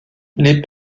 les